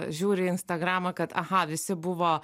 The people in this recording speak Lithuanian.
žiūri instagramą kad aha visi buvo